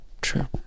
True